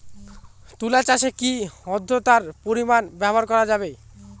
তুলা চাষে কি আদ্রর্তার পরিমাণ ব্যবহার করা যাবে?